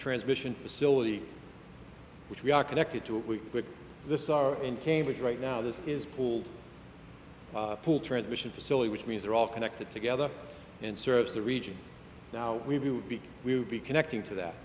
transmission facility which we are connected to it we with this are in cambridge right now this is pool pool transmission facility which means they're all connected together and serves the region now we view we would be connecting to that